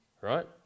Right